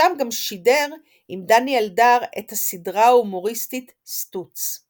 שם גם שידר עם דני אלדר את הסדרה ההומוריסטית "סטוץ".